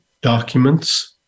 documents